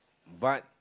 but